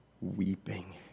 Weeping